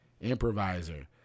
improviser